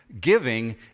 giving